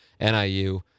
NIU